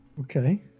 okay